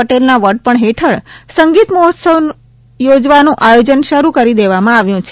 પટેલના વડપણ હેઠળ સંગીત મહોત્સવ યોજવાનું આયોજન શરૂ કરી દેવામાં આવ્યું છે